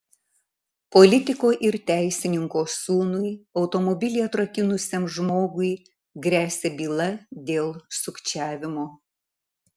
politiko ir teisininko sūnui automobilį atrakinusiam žmogui gresia byla dėl sukčiavimo